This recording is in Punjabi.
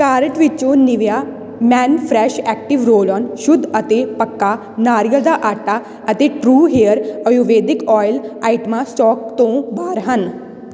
ਕਾਰਟ ਵਿੱਚੋਂ Nivea men fresh active roll on ਸ਼ੁੱਧ ਅਤੇ ਪੱਕਾ ਨਾਰੀਅਲ ਦਾ ਆਟਾ ਅਤੇ ਟਰੂ ਹੇਅਰ ਆਯੁਰਵੈਦਿਕ ਓਇਲ ਆਈਟਮਾਂ ਸਟੋਕ ਤੋਂ ਬਾਹਰ ਹਨ